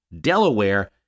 Delaware